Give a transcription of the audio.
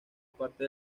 parte